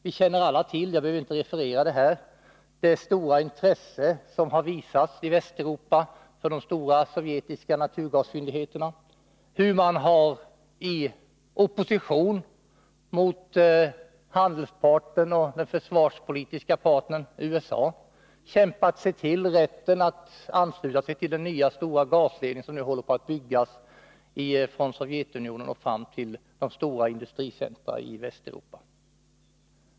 Vi känner alla till det stora intresse som har visats i Västeuropa för de sovjetiska naturgasfyndigheterna och hur man i opposition mot sin handelspartner och försvarspolitiske partner USA kämpat sig till rätten att ansluta sig till den nya gasledning som nu håller på att byggas från Sovjetunionen fram till stora industricentra i Västeuropa.